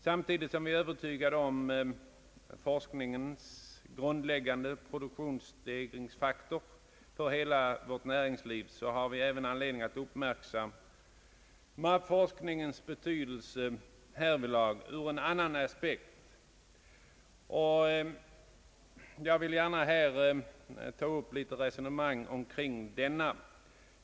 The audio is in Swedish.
Samtidigt som vi är övertygade om forskningen som en grundläggande produktionsstegringsfaktor av stor betydelse för hela vårt näringsliv har vi anledning att uppmärksamma forskningens värde härvidlag ur en annan aspekt. Jag vill gärna ta upp ett resonemang omkring denna fråga.